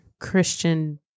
Christian